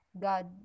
God